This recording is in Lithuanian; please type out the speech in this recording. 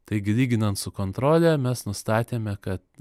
taigi lyginant su kontrole mes nustatėme kad